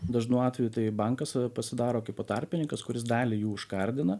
dažnu atveju tai bankas pasidaro kaipo tarpininkas kuris dalį jų užkardina